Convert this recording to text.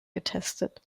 getestet